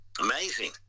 Amazing